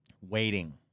waiting